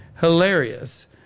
Hilarious